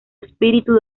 espíritu